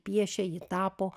piešia ji tapo